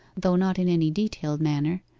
though not in any detailed manner,